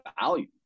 value